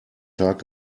tag